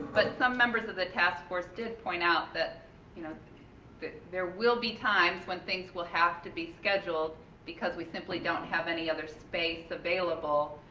but some members of the task force did point out that you know that there will be times when things will have to be scheduled because we simply don't have any other space available